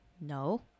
No